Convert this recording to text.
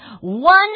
one